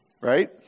Right